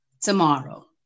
tomorrow